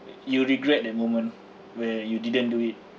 you regret that moment where you didn't do it